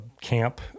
camp